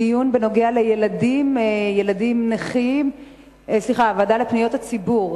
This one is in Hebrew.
דיון בנוגע לילדים נכים, בוועדה לפניות הציבור.